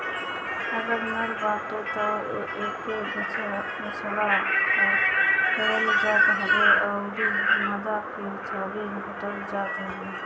अगर नर बाटे तअ एके बछड़ा कहल जात हवे अउरी मादा के बाछी कहल जाता हवे